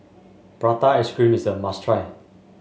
Prata Ice Cream is a must try